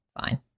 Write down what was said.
Fine